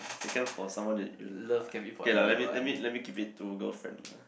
taken for someone that you uh okay lah let me let me keep it to girlfriend lah